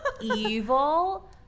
evil